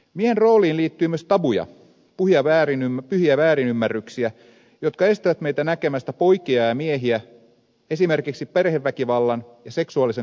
miehen rooliin liittyy myös tabuja pyhiä väärinymmärryksiä jotka estävät meitä näkemästä poikia ja miehiä esimerkiksi perheväkivallan ja seksuaalisen kaltoinkohtelun uhreina